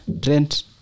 Trent